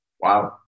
Wow